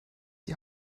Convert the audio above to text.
die